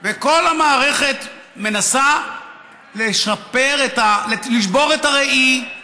כל המערכת מנסה לשבור את הראי,